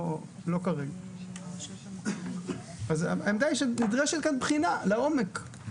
אז העמדה היא שנדרשת כאן בחינה לעומק.